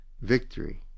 victory